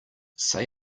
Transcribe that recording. say